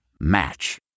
Match